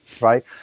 right